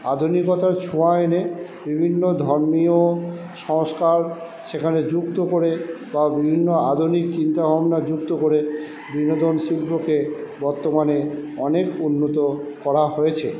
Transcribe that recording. আধুনিকতার ছোঁয়া এনে বিভিন্ন ধর্মীয় সংস্কার সেখানে যুক্ত করে তার বিভিন্ন আধুনিক চিন্তা ভাবনা যুক্ত করে বিনোদন শিল্পকে বর্তমানে অনেক উন্নত করা হয়েছে